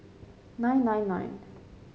nine nine nine